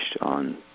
on